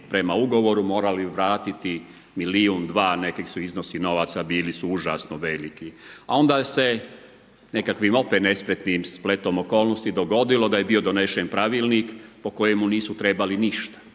prema ugovoru, morali vratiti milijuna, dva, neki iznosi novaca bili su užasno veliki. A onda se nekakvim opet nespretnim spletom okolnosti dogodilo da je bio donesen pravilnik po kojemu nisu trebali ništa,